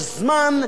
בכל רגע,